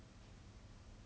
at our age